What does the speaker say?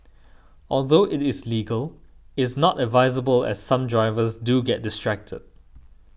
although it is legal is not advisable as some drivers do get distracted